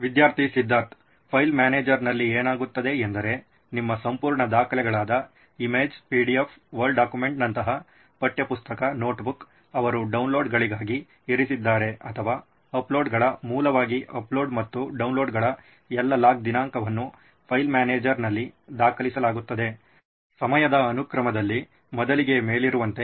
ವಿದ್ಯಾರ್ಥಿ ಸಿದ್ಧಾರ್ಥ್ ಫೈಲ್ ಮ್ಯಾನೇಜರ್ನಲ್ಲಿ ಏನಾಗುತ್ತದೆ ಎಂದರೆ ನಿಮ್ಮ ಸಂಪೂರ್ಣ ದಾಖಲೆಗಳಾದ ಇಮೇಜ್ ಪಿಡಿಎಫ್ ವರ್ಡ್ ಡಾಕ್ಯುಮೆಂಟ್ ನಂತರ ಪಠ್ಯಪುಸ್ತಕ ನೋಟ್ಬುಕ್ ಅವರು ಡೌನ್ಲೋಡ್ಗಳಿಗಾಗಿ ಇರಿಸಿದ್ದಾರೆ ಅಥವಾ ಅಪ್ಲೋಡ್ಗಳ ಮೂಲವಾಗಿ ಅಪ್ಲೋಡ್ ಮತ್ತು ಡೌನ್ಲೋಡ್ಗಳ ಎಲ್ಲಾ ಲಾಗ್ ದಿನಾಂಕವನ್ನು ಫೈಲ್ ಮ್ಯಾನೇಜರ್ನಲ್ಲಿ ದಾಖಲಿಸಲಾಗುತ್ತದೆ ಸಮಯದ ಅನುಕ್ರಮದಲ್ಲಿ ಮೊದಲಿಗೆ ಮೇಲಿರುವಂತೆ